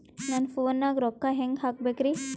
ನನ್ನ ಫೋನ್ ನಾಗ ರೊಕ್ಕ ಹೆಂಗ ಹಾಕ ಬೇಕ್ರಿ?